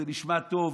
זה נשמע טוב.